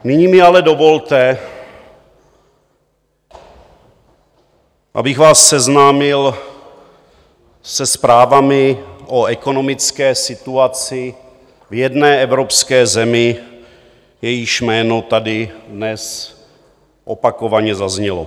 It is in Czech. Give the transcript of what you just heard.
Nyní mi ale dovolte, abych vás seznámil se zprávami o ekonomické situaci v jedné evropské zemi, jejíž jméno tady dnes opakovaně zaznělo.